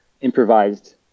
improvised